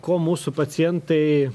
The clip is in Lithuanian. ko mūsų pacientai